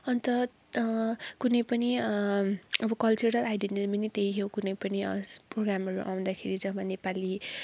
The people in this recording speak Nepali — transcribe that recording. अन्त कुनै पनि अब कल्चरल आइडेन्टिटीमा नै त्यही हो कुनै पनि प्रोगामहरू आउँदाखेरि जब नेपली